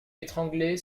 étranglée